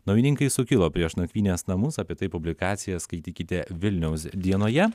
naujininkai sukilo prieš nakvynės namus apie tai publikaciją skaitykite vilniaus dienoje